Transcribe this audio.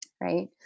right